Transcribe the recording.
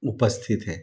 उपस्थित हैं